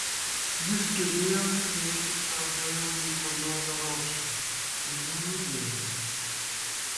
jis turėjo nudėti tą bailųjį kojotą ročą ir nenudėjo